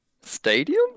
Stadium